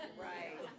Right